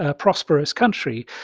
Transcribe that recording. ah prosperous country,